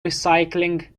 recycling